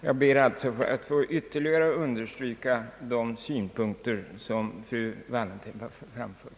Jag ber alltså att få ytterligare understryka de synpunkter fru Wallentheim framfört.